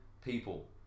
people